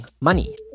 money